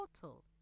total